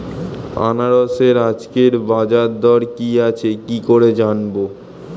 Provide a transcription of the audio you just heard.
আনারসের আজকের বাজার দর কি আছে কি করে জানবো?